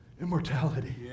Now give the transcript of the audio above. immortality